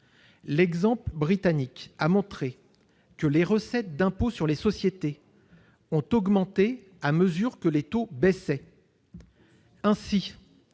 L'exemple britannique l'a montré : les recettes au titre de l'impôt sur les sociétés ont augmenté à mesure que le taux baissait.